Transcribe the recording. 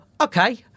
okay